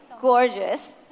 gorgeous